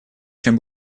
чем